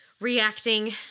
reacting